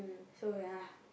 so ya